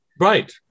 Right